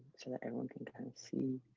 so that everyone can can see